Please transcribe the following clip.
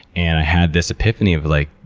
and i had this epiphany of, like,